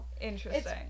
Interesting